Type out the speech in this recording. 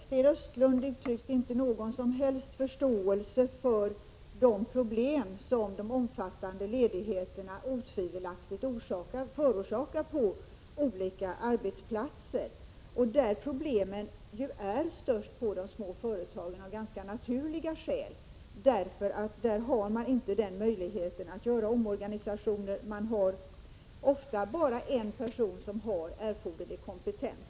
Herr talman! Sten Östlund uttryckte inte någon som helst förståelse för de problem som de omfattande ledigheterna otvivelaktigt förorsakar på olika arbetsplatser. Problemen är av ganska naturliga skäl störst på de små företagen. Där har man inte möjligheten att göra omorganisationer. Oftast finns bara en person som har erforderlig kompetens.